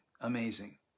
amazing